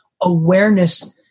awareness